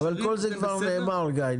זה בסדר' --- אבל כל זה כבר נאמר גיא,